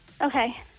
Okay